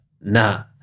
nah